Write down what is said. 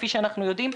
כפי שאנחנו יודעים,